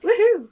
Woohoo